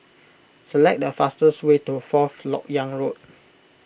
select the fastest way to Fourth Lok Yang Road